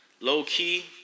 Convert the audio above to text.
low-key